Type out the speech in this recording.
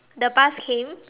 the bus came